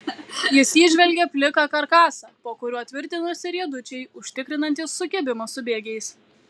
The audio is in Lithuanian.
jis įžvelgė pliką karkasą po kuriuo tvirtinosi riedučiai užtikrinantys sukibimą su bėgiais